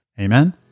Amen